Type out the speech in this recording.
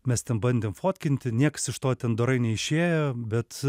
mes ten bandėm fotkinti nieks iš to ten dorai neišėjo bet